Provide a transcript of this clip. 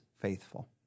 faithful